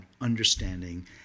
understanding